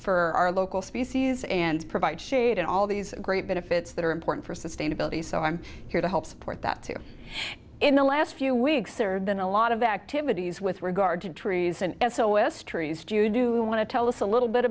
for our local species and provide shade and all these great benefits that are important for sustainability so i'm here to help support that too in the last few weeks or than a lot of activities with regard to trees and s o s trees do you do want to tell us a little bit